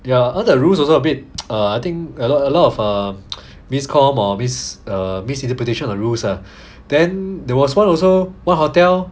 ya cause the rules also a bit ah I think a lot a lot of err miscomm or err misinterpretation of the rules ah then there was one also what hotel